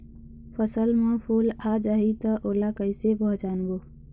फसल म फूल आ जाही त ओला कइसे पहचानबो?